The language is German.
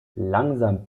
langsam